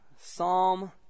Psalm